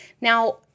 Now